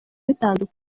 bitandukanye